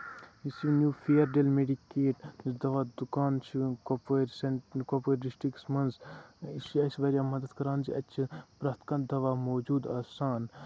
یُس یہِ new fair deal medicate دواہ دُکان چھُ کۄپوٲرسن کۅپوٲرۍ ڈِسٹرکَس منٛز یہِ چھُ اَسہِ واریاہ مدتھ کران کہِ اَتہِ چھُ پرٛتھ کانٛہہ دواہ موٗجوٗد آسان